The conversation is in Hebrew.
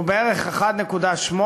שהוא בערך 1.8%,